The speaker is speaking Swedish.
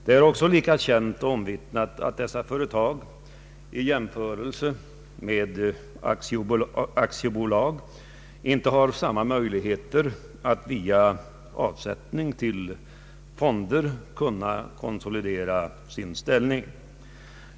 Det är också lika känt och omvittnat att dessa företag i jämförelse med aktiebolagen inte har samma möjligheter att via avsättning till investeringsfonder konsolidera sin ställning.